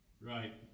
Right